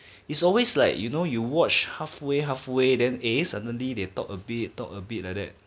it's always like you know you watch halfway halfway then eh suddenly they talk a bit a bit like that